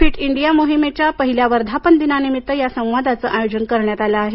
fit India मोहिमेच्या पहिल्या वर्धापन दिनानिमित्त या संवादाचे आयोजन करण्यात आले आहे